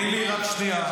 תני לי רק שנייה.